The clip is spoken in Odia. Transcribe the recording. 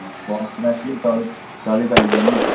ହଁ ବସ୍ରେ ଆସିଲେ ଚଳି ଚଳି ପାରିବନି ନା